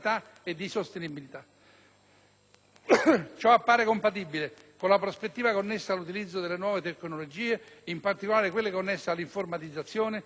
Ciò appare compatibile con la prospettiva connessa all'utilizzo delle nuove tecnologie, in particolare quelle connesse alla informatizzazione, all'automazione e alla telemedicina: